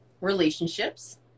relationships